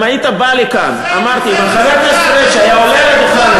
אם חבר הכנסת פריג' היה עולה על הדוכן